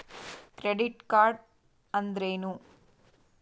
Credit card ಅಂದ್ರೇನು?